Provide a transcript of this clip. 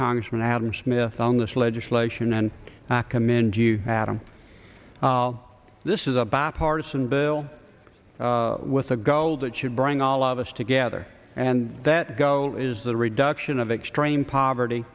congressman adam smith on this legislation and i commend you adam this is a bipartisan bill with a goal that should bring all of us together and that go is the reduction of extreme poverty